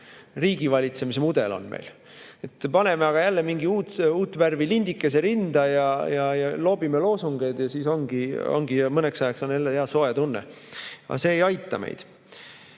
riigivalitsemise mudel. Paneme aga jälle mingi uut värvi lindikese rinda ja loobime loosungeid ja siis ongi mõneks ajaks hea soe tunne. Aga see ei aita meid.